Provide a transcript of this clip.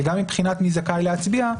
וגם מבחינת מי זכאי להצביע,